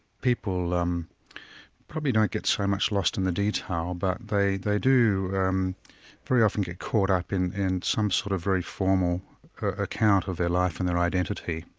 people um probably don't get so much lost in the detail but they they do um very often get caught up in in some sort of very formal account of their life and their identity.